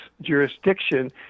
jurisdiction